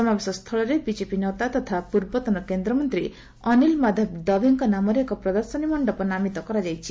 ସମାବେଶ ସ୍ଥଳରେ ବିଜେପି ନେତା ତଥା ପୂର୍ବତନ କେନ୍ଦ୍ରମନ୍ତ୍ରୀ ଅନିଲ୍ ମାଧବ ଦାଭେଙ୍କ ନାମରେ ଏକ ପ୍ରଦର୍ଶନୀ ମଣ୍ଡପ ନାମିତ କରାଯାଇଛି